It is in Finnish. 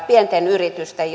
pienten yritysten